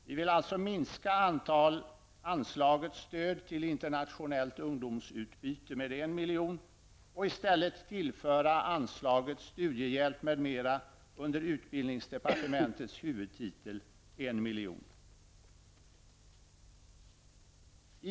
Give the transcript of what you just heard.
Vi vill alltså minska anslaget Stöd till internationellt ungdomsutbyte med 1 milj.kr. och i stället tillföra anslaget Studiehjälp m.m. under utbildningsdepartementets huvudtitel 1 milj.kr.